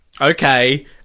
Okay